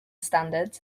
standards